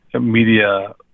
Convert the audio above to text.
media